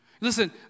Listen